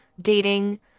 dating